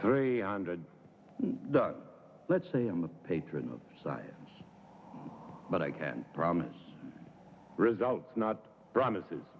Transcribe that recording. three hundred let's say i'm the patron of science but i can promise results not promises